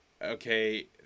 Okay